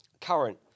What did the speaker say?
current